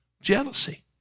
Jealousy